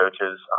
coaches